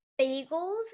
bagels